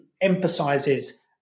emphasizes